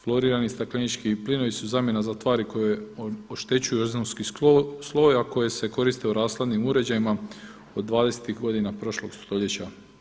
Fluorirani staklenički plinovi su zamjena za tvari koje oštećuju ozonski sloj a koje se koriste u rashladnim uređajima od 20-tih godina prošlog stoljeća.